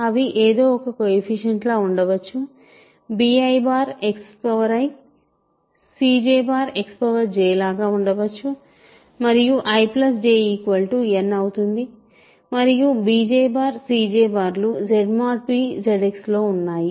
అవి ఏదో ఒక కొయెఫిషియంట్ లా ఉండవచ్చు bixi cjxj లాగా ఉండవచ్చు మరియు ij n అవుతుంది మరియు bi cj లు Z mod p ZX లో ఉన్నాయి